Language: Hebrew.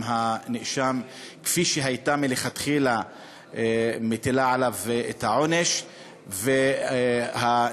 הנאשם כפי שהייתה מטילה עליו את העונש מלכתחילה.